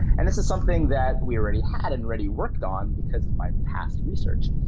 and this is something that we already had and already worked on because of my past research.